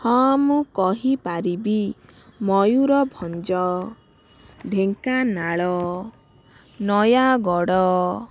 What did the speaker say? ହଁ ମୁଁ କହିପାରିବି ମୟୁରଭଞ୍ଜ ଢେଙ୍କାନାଳ ନୟାଗଡ଼